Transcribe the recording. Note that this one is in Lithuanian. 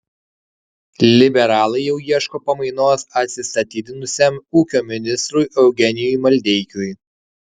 liberalai jau ieško pamainos atsistatydinusiam ūkio ministrui eugenijui maldeikiui